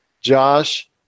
Josh